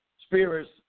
spirits